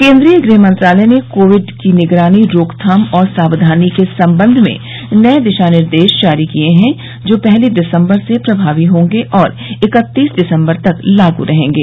केन्द्रीय गृह मंत्रालय ने कोविड की निगरानी रोकथाम और सावधानी के संबंध में नए दिशानिर्देश जारी किए हैं जो पहली दिसम्बर से प्रभावी होंगे और इकत्तीस दिसंबर तक लागू रहेंगे